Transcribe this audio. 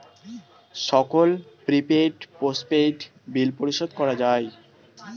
সকল prepaid, postpaid bill পরিশোধ করা যায়